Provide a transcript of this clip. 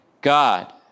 God